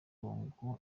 bongo